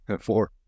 Four